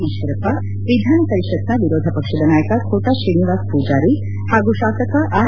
ಈಶ್ವರಪ್ಪ ವಿಧಾನಪರಿಷತ್ನ ವಿರೋಧ ಪಕ್ಷದ ನಾಯಕ ಖೋಟಾ ಶ್ರೀನಿವಾಸ್ ಮೂಜಾರಿ ಪಾಗೂ ಶಾಸಕ ಆರ್